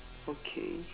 okay